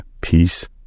peace